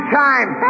time